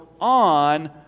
on